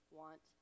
want